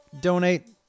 donate